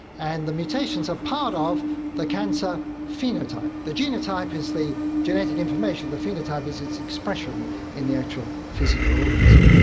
and the mutations are part of the cancer phenotype. the genotype is the genetic information, the phenotype is its expression in the actual physical organism.